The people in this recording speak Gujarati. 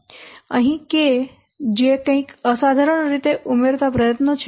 અહીં k જે કંઇક અસાધારણ રીતે ઉમેરતા પ્રયત્નો છે